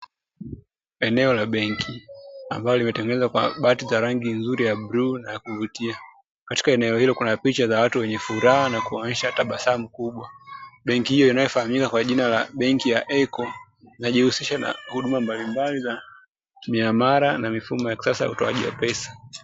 Eneo la benki ambalo limetengenezwa kwa bati za rangi nzuri ya bluu na ya kuvutia. Katika eneo hilo kuna picha za watu wenye furaha na kuonyesha tabasamu kubwa. Benki hiyo inayofahamika kwa jina la benki ya "Eco", inajihusisha huduma mbalimbali za miamala na mifumo ya kisasa ya utoaji pesa.